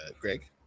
Greg